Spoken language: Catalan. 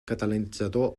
catalanitzador